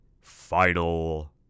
final